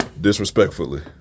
Disrespectfully